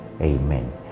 Amen